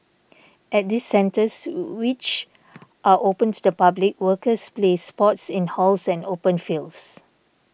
at these centres which are open to the public workers play sports in halls and open fields